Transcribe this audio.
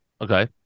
Okay